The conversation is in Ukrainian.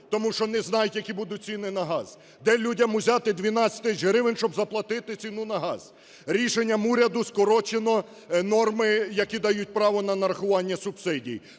тому що не знають, які будуть ціни на газ. Де людям узяти 12 тисяч гривень, щоб заплатити ціну на газ? Рішенням уряду скорочено норми, які дають право на нарахування субсидій.